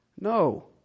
No